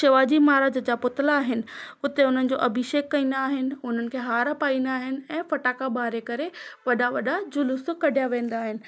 शिवा जी महाराज जा पुतला आहिनि हुते हुनजो अभिषेक कंदा आहिनि उन्हनि खे हार पाईंदा आहिनि ऐं फटाखा बारे करे वॾा वॾा जुलूस कढिया वेंदा आहिनि